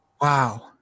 Wow